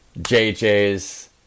JJ's